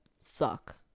suck